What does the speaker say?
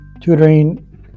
tutoring